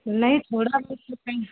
नहीं थोड़ा बहुत तो कम